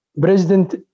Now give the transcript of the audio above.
President